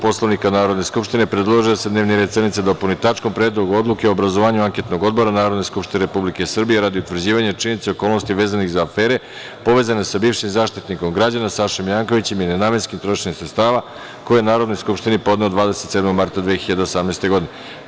Poslovnika Narodne skupštine, predložio je da se dnevni red sednice dopuni tačkom – Predlog odluke o obrazovanju anketnog odbora Narodne skupštine Republike Srbije radi utvrđivanja činjenica i okolnosti vezanih za afere povezane sa bivšim Zaštitnikom građana Sašom Jankovićem i nenamenskim trošenjem sredstava, koji je Narodnoj skupštini podneo 27. marta 2018. godine.